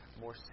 more